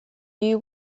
you